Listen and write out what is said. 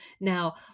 Now